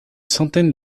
centaine